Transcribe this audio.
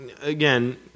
again